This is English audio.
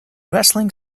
wrestling